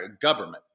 government